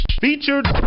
Featured